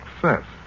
success